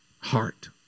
heart